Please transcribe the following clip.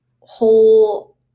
whole